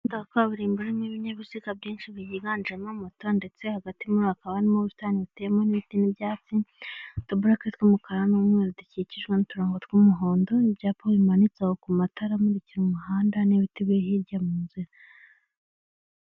Umuhanda wa kaburimbo urimo ibinyabiziga byinshi byiganjemo moto ndetse hagati muri hakaba harimo ubusitani buteyemo n' ibiti n'ibyatsi ,utuboroke tw' umukara n'umweru dukikije n'uturongo tw'umuhondo ibyapa bimanitse aho ku matara amurikira umuhanda n'ibiti biri hirya mu nzira.